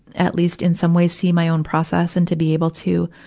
at least in some ways, see my own process and to be able to,